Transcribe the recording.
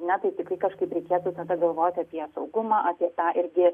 ne tai tikrai kažkaip reikėtų tada galvoti apie saugumą apie tą irgi